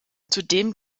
zudem